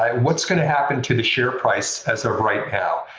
what's going to happen to the share price as of right now?